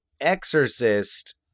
Exorcist